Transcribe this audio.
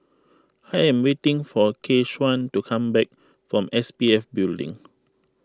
I am waiting for Keshaun to come back from S P F Building